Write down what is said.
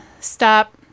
stop